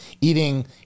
eating